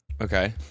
Okay